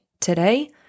today